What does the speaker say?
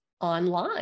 online